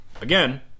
again